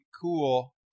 cool